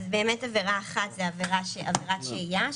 אז באמת עבירה אחת זו עבירת שהייה,